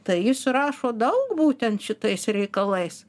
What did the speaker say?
tai jis rašo daug būtent šitais reikalais